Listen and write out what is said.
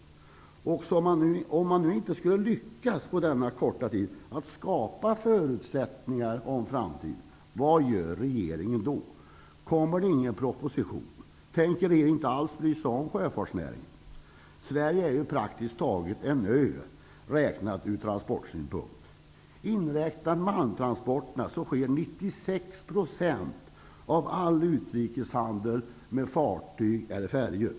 Om man på denna korta tid inte skulle lyckas skapa förutsättningar för framtiden, vad gör regeringen då? Kommer regeringen då inte att lägga fram någon proposition? Tänker regeringen inte alls bry sig om sjöfartsnäringen? Sverige är ju praktiskt taget en ö sett från transportsynpunkt. Om malmtransporterna inräknas, sker 96 % av all utrikeshandel med fartyg eller färjor.